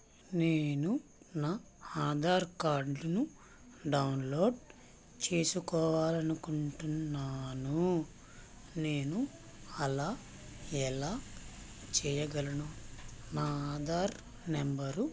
నేను నా ఆధార్ కార్డ్ను డౌన్లోడ్ చేసుకోవాలి అనుకుంటున్నాను నేను అలా ఎలా చేయగలను నా ఆధార్ నెంబరు